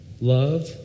love